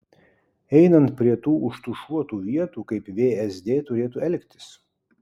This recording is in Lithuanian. einant prie tų užtušuotų vietų kaip vsd turėtų elgtis